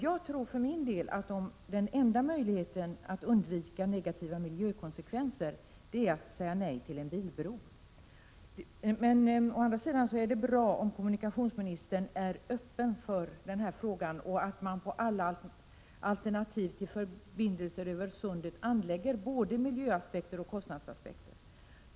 Jag tror för min del att den enda möjligheten att undvika negativa miljökonsekvenser är att säga nej till en bilbro. Å andra sidan är det bra om kommunikationsministern är öppen för den här frågan och att man på alla alternativa förbindelser över sundet lägger både miljöoch kostnadsaspekter.